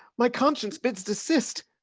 my conscience bids desist!